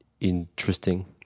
interesting